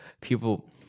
People